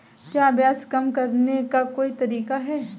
क्या ब्याज कम करने का कोई तरीका है?